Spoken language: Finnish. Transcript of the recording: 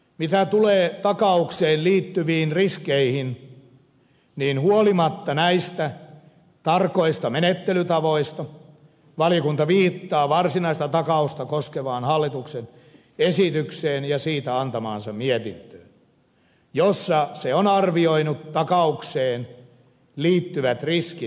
mitä tulee takaukseen liittyviin riskeihin niin huolimatta näistä tarkoista menettelytavoista valiokunta viittaa varsinaista takausta koskevaan hallituksen esitykseen ja siitä antamaansa mietintöön jossa se on arvioinut takaukseen liittyvät riskit vähäisiksi